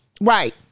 right